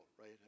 right